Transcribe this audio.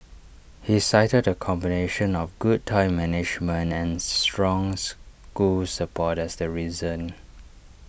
he cited A combination of good time management and strong school support as the reason